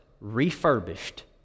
refurbished